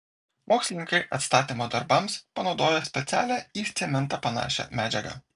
mokslininkai atstatymo darbams panaudojo specialią į cementą panašią medžiagą